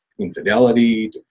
infidelity